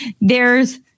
there's-